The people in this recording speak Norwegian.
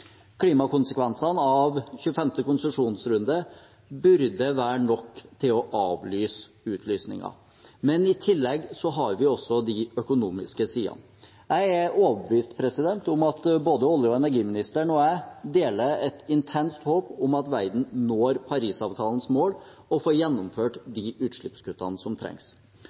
Klimakonsekvensene av 25. konsesjonsrunde burde være nok til å avlyse utlysningen, men i tillegg har vi også de økonomiske sidene. Jeg er overbevist om at både olje- og energiministeren og jeg deler et intenst håp om at verden når Parisavtalens mål og får gjennomført de utslippskuttene som trengs.